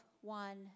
one